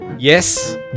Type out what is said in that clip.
Yes